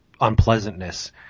unpleasantness